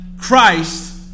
Christ